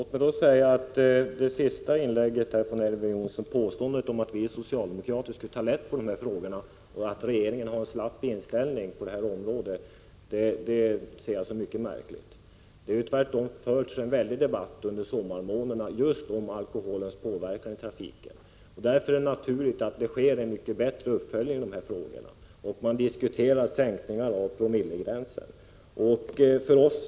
Herr talman! Påståendet att vi socialdemokrater skulle ta lätt på de här frågorna och att regeringen har en slapp inställning på detta område ser jag som mycket märkligt. Det har tvärtom varit en väldig debatt under sommarmånaderna just om alkoholens påverkan i trafiken. Därför är det naturligt att det sker en bättre uppföljning av dessa frågor. Man diskuterar t.ex. sänkningar av promillegränsen.